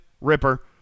ripper